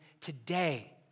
today